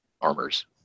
armors